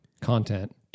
content